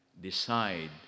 decide